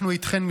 אנחנו איתכן,